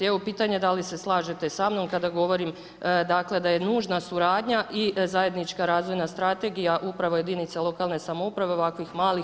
Evo, pitanje, da li se slažete samnom, kada govorim dakle, da je nužna suradnja i zajednička razvojna strategija, upravo jedinice lokalne samouprave, ovakvih malih i države?